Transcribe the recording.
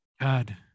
God